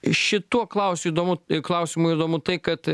šituo klausiu įdomu klausimu įdomu tai kad